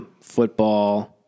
football